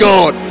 God